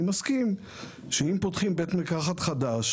אני מסכים שאם פותחים בית מרקחת חדש,